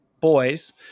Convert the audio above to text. boys